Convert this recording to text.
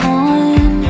on